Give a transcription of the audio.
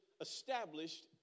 established